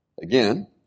again